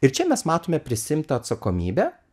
ir čia mes matome prisiimtą atsakomybę